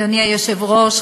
אדוני היושב-ראש,